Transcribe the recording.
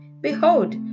Behold